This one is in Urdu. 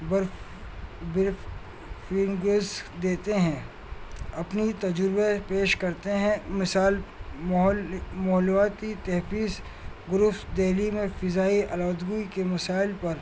برف دیتے ہیں اپنی تجربے پیش کرتے ہیں مثال ماحول ماحولیاتی تحفظ گروپس دلی میں فضائی آلودگوی کے مسائل پر